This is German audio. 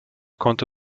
konnte